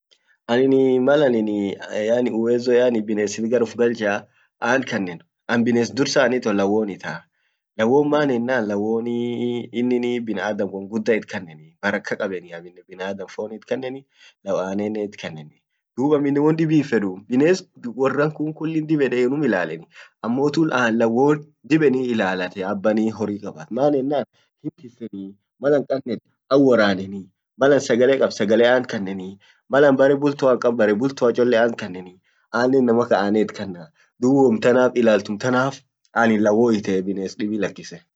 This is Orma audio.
annin ee malanin uwezo yaani binnesit gar uf galchaa ant kannen an bines dursa an ito lawwon itaa, lawwon maan ennan lawwon ee inin binaadam won gudda it kanna barakka kabeni aminen baraka kabeni biaadam fon itr kaneni, anen enen it kaneni dub aminen won dibi hinfenuu bines worran kun kullin dib ede hiilaleni ammotu ee lawwon dib edeni ilaliti abbanii horri kaba maan ennan malan kaned, malan sagale kab sagele ant kannenii, malan bare bultoa hinkabn bare bultoa cchole ant kanneni anen inamakan anen it kanna dub wontanaf illalum tanaf anin lawwon itee bines dibi lakkise.